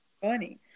funny